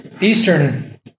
Eastern